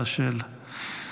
רשל,